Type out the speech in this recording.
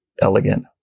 elegant